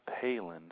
Palin